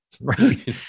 Right